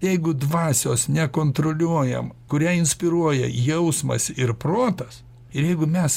jeigu dvasios nekontroliuojam kurią inspiruoja jausmas ir protas ir jeigu mes